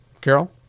Carol